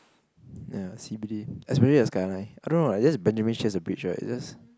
ya C_B_D especially the skyline I don't know eh just Benjamin-Sheares the bridge right just